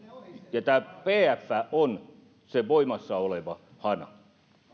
ja tämä bf on se voimassaoleva hana